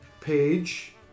page